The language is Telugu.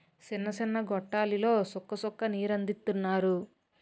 సిన్న సిన్న గొట్టాల్లెల్లి సుక్క సుక్క నీరందిత్తన్నారు